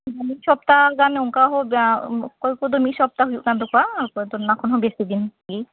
ᱢᱤᱫ ᱥᱚᱯᱚᱛᱟᱦᱚ ᱜᱟᱱ ᱚᱱᱠᱟ ᱦᱚᱸ ᱚᱠᱚᱭ ᱠᱚᱫᱚ ᱢᱤᱫ ᱥᱚᱯᱚᱛᱟᱦᱚ ᱦᱩᱭᱩᱜ ᱠᱟᱱ ᱛᱟᱠᱚᱣᱟ ᱛᱚ ᱚᱱᱟ ᱠᱷᱚᱱ ᱦᱚᱸ ᱵᱮᱥᱤ ᱫᱤᱱ ᱜᱮ